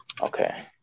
Okay